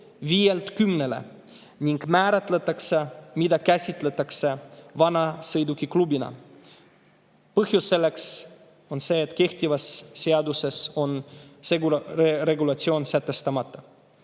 viielt kümnele ning määratletakse, mida käsitletakse vanasõidukiklubina. Põhjus on see, et kehtivas seaduses on see regulatsioon sätestamata.